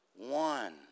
one